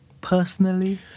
personally